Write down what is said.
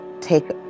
take